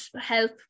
help